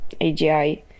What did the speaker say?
AGI